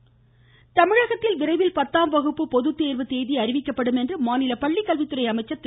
செங்கோட்டையன் தமிழகத்தில் விரைவில் பத்தாம் வகுப்பு பொதுத்தேர்வு தேதி அறிவிக்கப்படும் என்று மாநில பள்ளிக்கல்வி துறை அமைச்சர் திரு